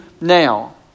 now